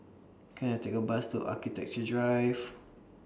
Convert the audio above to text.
Can I Take A Bus to Architecture Drive